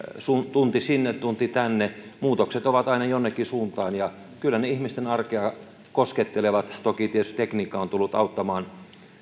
tunti sinne tunti tänne muutokset ovat aina jonnekin suuntaan ja kyllä ne ihmisten arkea koskettelevat toki tietysti tekniikka on tullut auttamaan